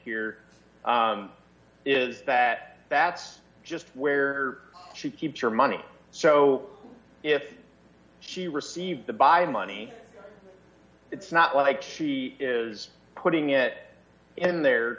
here is that that's just where she keeps her money so if she received the buy in money it's not like she is putting it in there